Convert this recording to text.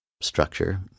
structure